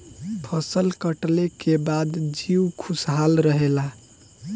फसल कटले के बाद जीउ खुशहाल रहेला